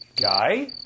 Guy